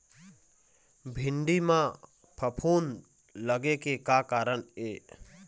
भिंडी म फफूंद लगे के का कारण ये?